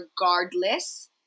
regardless